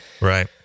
Right